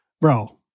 bro